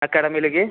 അക്കാദമിയിലേക്ക്